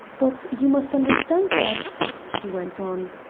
but you must understand that she went on.